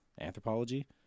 anthropology